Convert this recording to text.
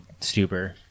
stuber